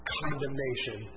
condemnation